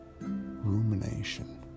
Rumination